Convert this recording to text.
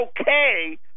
okay